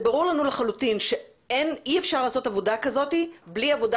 זה ברור לנו לחלוטין שאי אפשר לעשות עבודה כזאת בלי עבודה